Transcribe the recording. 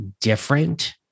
different